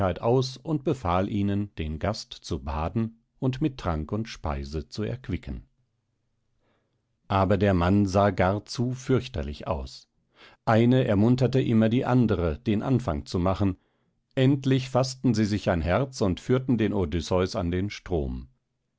aus und befahl ihnen den gast zu baden und mit trank und speise zu erquicken aber der mann sah gar zu fürchterlich aus eine ermunterte immer die andere den anfang zu machen endlich faßten sie sich ein herz und führten den odysseus an den strom